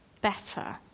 better